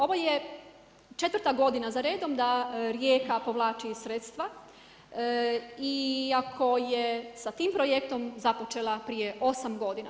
Ovo je četvrta godina za redom da Rijeka povlači sredstva iako je sa tim projektom započela prije 8 godina.